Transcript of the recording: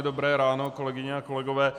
Dobré ráno, kolegyně a kolegové.